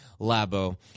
Labo